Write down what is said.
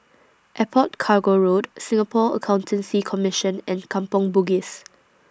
Airport Cargo Road Singapore Accountancy Commission and Kampong Bugis